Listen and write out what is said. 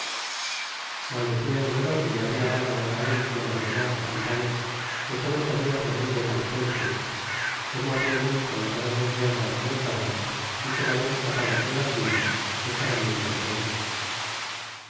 maldecian el oro que le habia dado á él y á los demas capitanes que todo se habia perdido en las puentes como habían visto las grandes guerras que nos daban y con haber escapado con las vidas estaban muy contentos